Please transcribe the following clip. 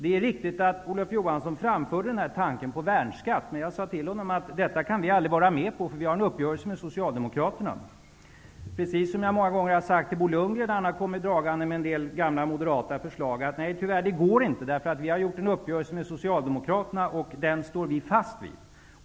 Det är riktigt att Olof Johansson framförde tanken på värnskatt, men jag sade till honom att detta kan vi aldrig vara med på, för vi har en uppgörelse med Socialdemokraterna. Precis på samma sätt har jag många gånger sagt till Bo Lundgren, när han har kommit dragande med en del gamla moderatförslag: Nej, tyvärr, det går inte för vi har gjort en uppgörelse med Socialdemokraterna, och den står vi fast vid.